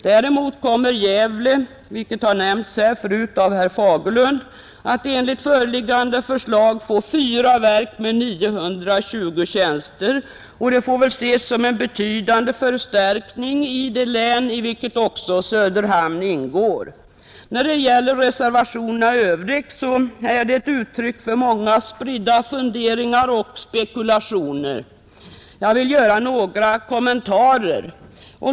Däremot kommer Gävle — vilket nämnts förut av herr Fagerlund — att enligt föreliggande förslag få fyra verk med 920 tjänster och det får väl ses som en betydande förstärkning för det län i vilket också Söderhamn ingår. Reservationerna i övrigt är uttryck för många spridda funderingar och spekulationer. Jag vill göra några kommentarer.